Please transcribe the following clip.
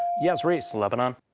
yes, rhys. lebanon.